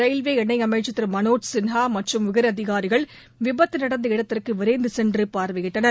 railway இணை அமைச்ச் திரு மனோஜ் சின்ஹா மற்றும் உயர் அதிகாரிகள் விபத்து நடந்த இடத்திற்கு விரைந்து சென்று பார்வையிட்டனர்